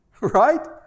right